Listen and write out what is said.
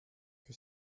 que